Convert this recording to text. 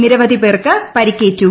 നിരവധിപേർക്ക് പരിക്കേറ്റു